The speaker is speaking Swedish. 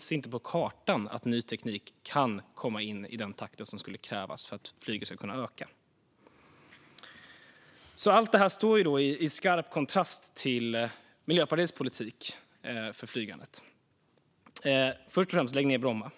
finns på kartan att ny teknik kan komma in i den takt som skulle krävas för att flyget skulle kunna öka. Allt detta står i skarp kontrast till Miljöpartiets politik för flygandet. Först och främst: Lägg ned Bromma!